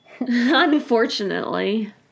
unfortunately